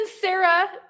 sarah